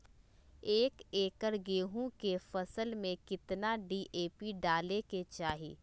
एक एकड़ गेहूं के फसल में कितना डी.ए.पी डाले के चाहि?